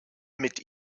mit